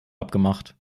abgemacht